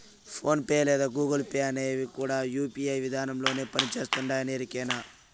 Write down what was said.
phone pay లేదా Google Pay అనేవి కూడా యూ.పీ.ఐ విదానంలోనే పని చేస్తుండాయని ఎరికేనా